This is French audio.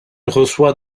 reçoit